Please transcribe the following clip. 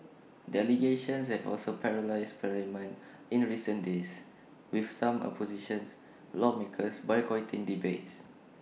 the allegations have also paralysed parliament in recent days with some opposition lawmakers boycotting debates